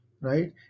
Right